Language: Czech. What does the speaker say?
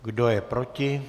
Kdo je proti?